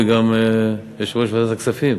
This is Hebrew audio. וגם יושב-ראש ועדת הכספים,